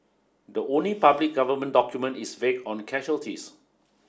the only public government document is vague on casualties